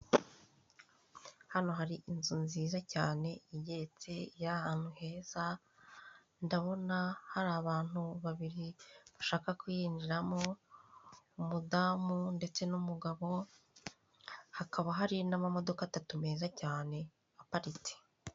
Hano hari inzu nziza cyane igeretse, iri ahantu heza ndabona hari abantu babiri bashaka kuyunjiramo umudamu ndetse n'umugabo, hakaba hari n'amamodoka atatu meza aparitse.